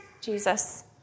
Jesus